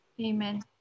Amen